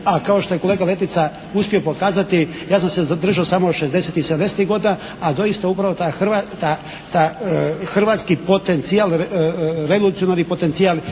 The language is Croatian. a kao što je kolega Letica uspio pokazati, ja sam se zadržao samo 60-tih i 70-tih godina, a doista upravo ta, hrvatski potencijal, revolucionarni potencijal